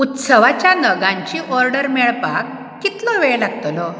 उत्सवाच्या नगांची ऑडर मेळपाक कितलो वेळ लागतलो